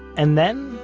and then,